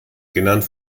genannt